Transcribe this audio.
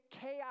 chaos